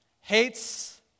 hates